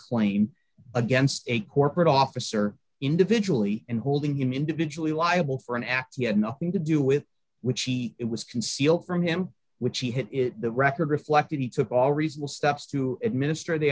claim against a corporate officer individually and holding him individually liable for an act he had nothing to do with which he was concealed from him which he had is the record reflect that he took all reasonable steps to administrate the